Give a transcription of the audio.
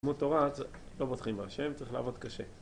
ללמוד תורה זה לא בוטחים בהשם צריך לעבוד קשה